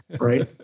Right